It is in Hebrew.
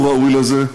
הוא ראוי לזה,